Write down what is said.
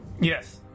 Yes